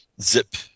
zip